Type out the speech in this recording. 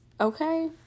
okay